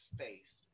faith